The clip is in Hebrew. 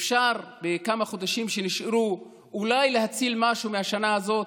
אפשר בכמה חודשים שנשארו אולי להציל משהו מהשנה הזאת,